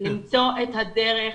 למצוא את הדרך